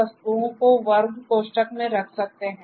वस्तुओं को वर्ग कोष्ठक में रख सकते हैं